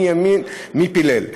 מי האמין, מי פילל.